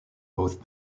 both